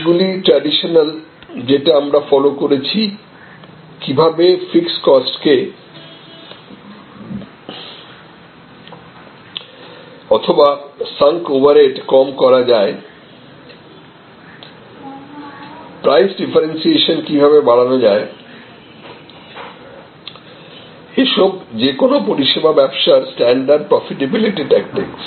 এই গুলি ট্রেডিশনাল যেটা আমরা ফলো করেছি কিভাবে ফিক্সড কস্টকে অথবা সাঙ্ক ওভারহেড কম করা যায় প্রাইস ডিফারেন্সিয়েশন কিভাবে বাড়ানো যায় এসব যে কোন পরিষেবা ব্যবসার স্ট্যান্ডার্ড প্রফিটিবিলিটি ট্যাকটিকস